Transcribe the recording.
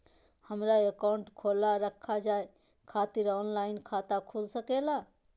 हमारा अकाउंट खोला रखा जाए खातिर ऑनलाइन खाता खुल सके ला?